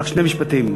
שני משפטים: